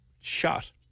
Shot